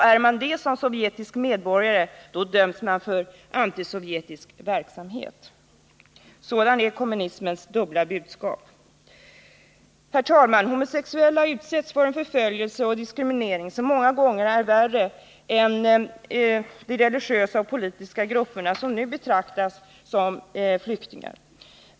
Är man detta som sovjetisk medborgare, döms man för antisovjetisk verksamhet. Sådan är kommunismens dubbla budskap. Herr talman! Homosexuella utsätts för förföljelse och diskriminering som ofta är värre än förföljelsen mot religiösa och politiskt oliktänkande som ju betraktas som flyktingar.